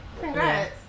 congrats